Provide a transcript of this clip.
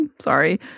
Sorry